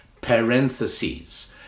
parentheses